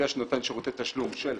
יש את נותן שירותי תשלום של המוטב,